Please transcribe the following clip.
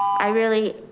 i really,